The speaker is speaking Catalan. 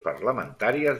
parlamentàries